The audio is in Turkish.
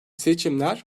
seçimler